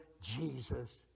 Jesus